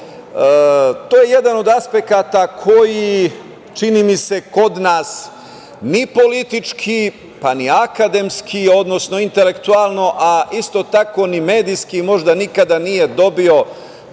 to je jedan od aspekata koji, čini mi se, kod nas ni politički, pa ni akademski, odnosno intelektualno, a isto tako ni medijski možda nikada nije dobio